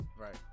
Right